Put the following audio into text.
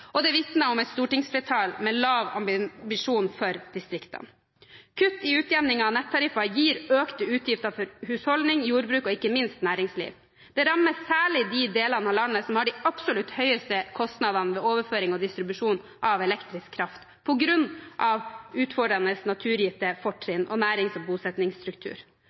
og det vitner om et stortingsflertall med lave ambisjoner for distriktene. Kutt i utjevningen av nettariffer gir økte utgifter for husholdninger, jordbruk og, ikke minst, næringsliv. Det rammer særlig de delene av landet som har de absolutt høyeste kostnadene ved overføring og distribusjon av elektrisk kraft, på grunn av utfordrende naturgitte forhold og nærings- og